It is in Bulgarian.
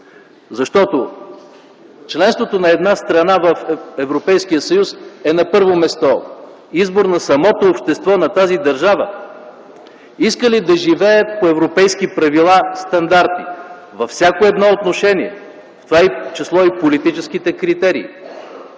Защото членството на една страна в Европейския съюз е, на първо място, избор на самото общество на тази държава – иска ли да живее по европейски правила и стандарти във всяко едно отношение, в това число са и политическите критерии.